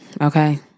okay